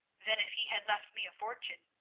than if he had left me a fortune.